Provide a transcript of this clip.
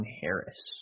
Harris